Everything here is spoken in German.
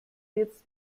jetzt